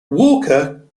walker